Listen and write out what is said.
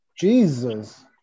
Jesus